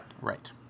Right